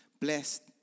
Blessed